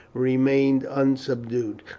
remained unsubdued.